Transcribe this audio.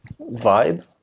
vibe